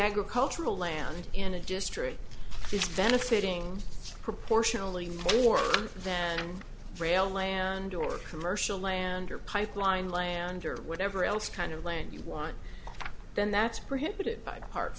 agricultural land in the district is benefiting proportionally more than rail land or commercial lander pipeline land or whatever else kind of land you want then that's preempted by part